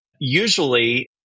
usually